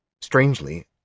Strangely